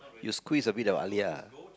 you squeeze a bit of halia ah